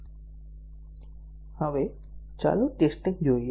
હવે ચાલો system testing જોઈએ